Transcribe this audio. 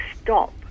stop